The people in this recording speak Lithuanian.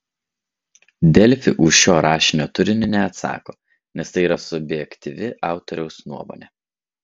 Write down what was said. delfi už šio rašinio turinį neatsako nes tai yra subjektyvi autoriaus nuomonė